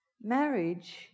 marriage